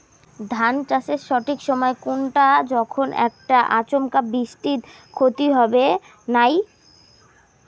ধান চাষের সঠিক সময় কুনটা যখন এইটা আচমকা বৃষ্টিত ক্ষতি হবে নাই?